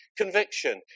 Conviction